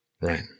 Right